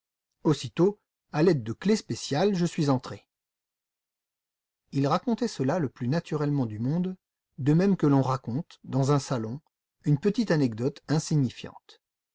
aussitôt à l'aide de clefs spéciales je suis entré il racontait cela le plus naturellement du monde de même que l'on raconte dans un salon une petite anecdote insignifiante